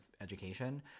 education